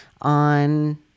on